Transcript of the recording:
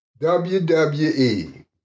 WWE